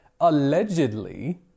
allegedly